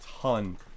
ton